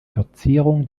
verzierung